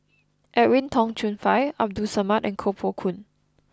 Edwin Tong Chun Fai Abdul Samad and Koh Poh Koon